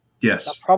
Yes